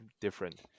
different